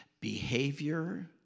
Behavior